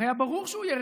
הרי היה ברור שהוא ירד.